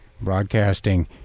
broadcasting